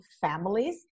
families